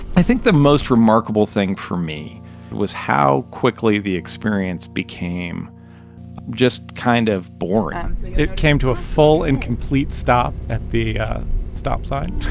i think the most remarkable thing for me was how quickly the experience became just kind of boring it came to a full and complete stop at the stop sign.